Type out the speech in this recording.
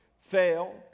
fail